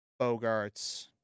bogarts